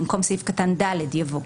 במקום סעיף קטן (ד) יבוא: